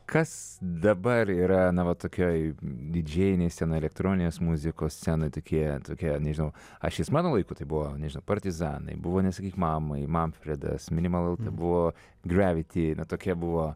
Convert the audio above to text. kas dabar yra na va tokioj didžėjinėj scenoj elektroninės muzikos scenoj tokie tokie nežinau ašis mano laiku tai buvo partizanai buvo nesakyk mamai manfredas minimalalti buvo graviti na tokie buvo